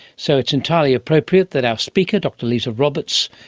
so it's entirely appropriate that our speaker, dr. lisa roberts,